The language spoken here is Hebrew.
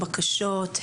בקשות,